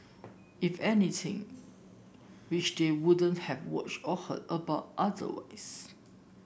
if anything which they wouldn't have watched or heard about otherwise